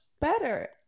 better